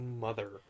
mother